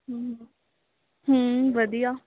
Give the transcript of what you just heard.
ਵਧੀਆ